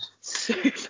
super